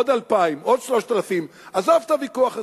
עוד 2,000, עוד 3,000, עזוב את הוויכוח הזה.